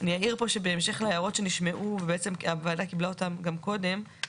אני אעיר פה שבהמשך להערות שנשמעו ובעצם הוועדה קיבלה אותם גם קודם,